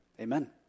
Amen